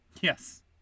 Yes